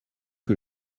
que